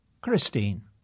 Christine